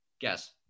Guess